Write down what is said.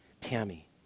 Tammy